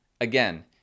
Again